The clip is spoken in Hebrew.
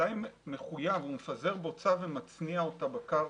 שהחקלאי מחויב, הוא מפזר בוצה ומצניע אותה בקרקע.